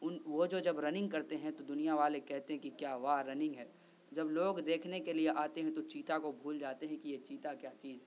ان وہ جو جب رننگ کرتے ہیں تو دنیا والے کہتے ہیں کہ کیا واہ رننگ ہے جب لوگ دیکھنے کے لیے آتے ہیں تو چیتا کو بھول جاتے ہیں کہ یہ چیتا کیا چیز ہے